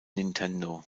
nintendo